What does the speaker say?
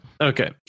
okay